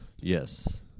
Yes